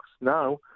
now